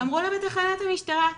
אמרו לה בתחנת המשטרה 'סורי,